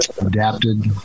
adapted